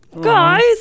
Guys